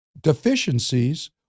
deficiencies